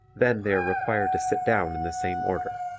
then they are required to sit down in the same order.